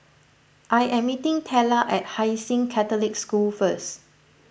I am meeting Tella at Hai Sing Catholic School first